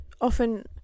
often